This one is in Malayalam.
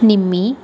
നിമ്മി